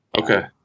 Okay